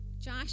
Josh